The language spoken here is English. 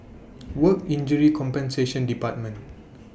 Work Injury Compensation department